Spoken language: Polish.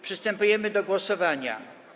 Przystępujemy do głosowania.